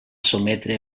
sotmetre